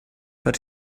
but